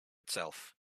itself